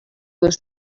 was